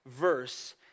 verse